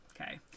Okay